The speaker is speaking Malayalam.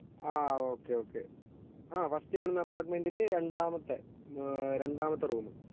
ആ ഒക്കെ ഒക്കെ ആ ഫസ്റ്റ് കാണുന്ന അപ്പാർട്ട്മെൻറിൽ രണ്ടാമത്തെ രണ്ടാമത്തെ റൂമ്